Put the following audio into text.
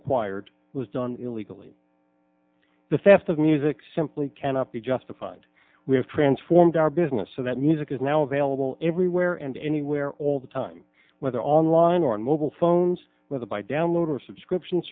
acquired was done illegally the fifth of music simply cannot be justified we have transformed our business so that music is now available everywhere and anywhere all the time whether online or on mobile phones whether by download or subscription